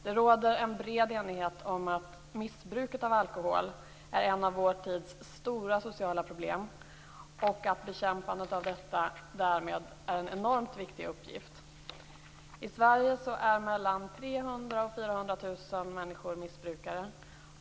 Det råder en bred enighet om att missbruket av alkohol är en av vår tids stora sociala problem och att bekämpandet av detta därmed är en enormt viktig uppgift. I Sverige är mellan 300 000 och 400 000 människor missbrukare.